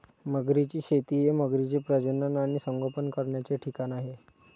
मगरींची शेती हे मगरींचे प्रजनन आणि संगोपन करण्याचे ठिकाण आहे